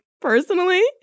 personally